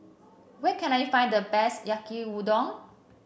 where can I find the best Yaki Udon